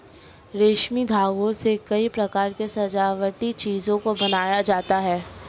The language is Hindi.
रेशमी धागों से कई प्रकार के सजावटी चीजों को बनाया जाता है